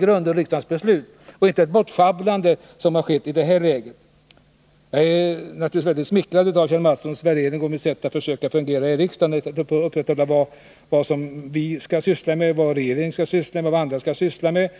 grundval av riksdagens beslut. Det får inte schabblas bort, som skett i det här läget. Jag är naturligtvis väldigt smickrad av Kjell Mattssons värdering av mitt sätt att försöka fungera i riksdagen — vad vi skall syssla med, vad regeringen skall syssla med och vad andra skall syssla med.